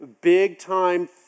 big-time